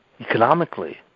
economically